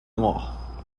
noir